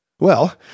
Well